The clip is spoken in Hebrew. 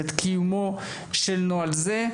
את קיומו של נוהל זה.